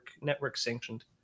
network-sanctioned